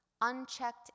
unchecked